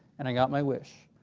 and i got my wish.